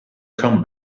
come